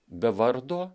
be vardo